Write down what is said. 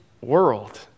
world